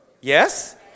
yes